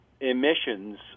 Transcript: emissions